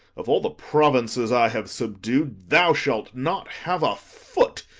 of all the provinces i have subdu'd thou shalt not have a foot,